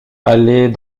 aller